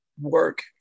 work